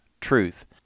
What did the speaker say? truth